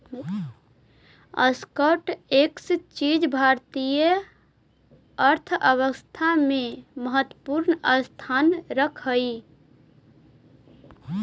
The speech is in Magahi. स्टॉक एक्सचेंज भारतीय अर्थव्यवस्था में महत्वपूर्ण स्थान रखऽ हई